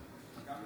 מתנגדים.